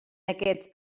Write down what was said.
aquests